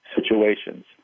situations